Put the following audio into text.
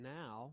now